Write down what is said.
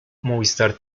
movistar